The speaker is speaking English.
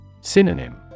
Synonym